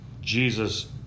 Jesus